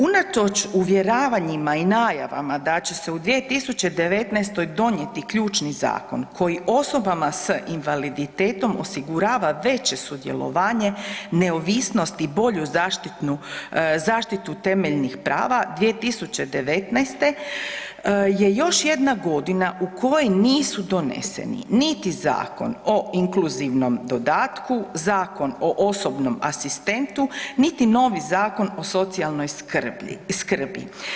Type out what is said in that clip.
Unatoč uvjeravanjima i najavama da će se u 2019. donijeti ključni zakon koji osobama s invaliditetom osigurava veće sudjelovanje, neovisnost i bolju zaštitu temeljnih prava 2019. je još jedna godina u kojoj nisu doneseni niti Zakon o inkluzivnom dodatku, Zakon o osobnom asistentu, niti novi Zakon o socijalnoj skrbi.